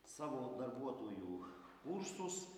savo darbuotojų kursus